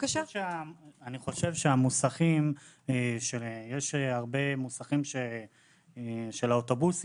אני חושב שיש הרבה מוסכים של האוטובוסים